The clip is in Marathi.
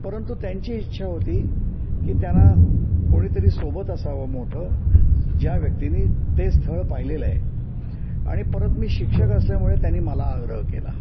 परंतु त्यांची इच्छा होती की त्यांना कोणीतरी सोबत असावं मोठं ज्या व्यक्तीनी ते स्थळ पाहिलेलं आहे आणि परत मी शिक्षक असल्यामुळे त्यांनी मला आग्रह केला